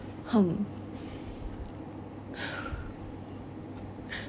um